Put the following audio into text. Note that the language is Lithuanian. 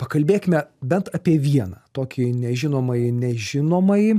pakalbėkime bent apie vieną tokį nežinomąjį nežinomąjį